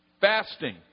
fasting